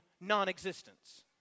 non-existence